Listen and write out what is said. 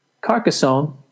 Carcassonne